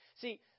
See